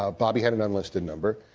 ah bobby had an unlisted number.